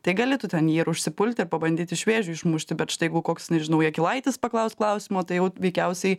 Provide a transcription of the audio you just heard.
tai gali tu ten jį ir užsipulti ir pabandyt iš vėžių išmušti bet štai jeigu koks nežinau jakilaitis paklaus klausimo tai jau veikiausiai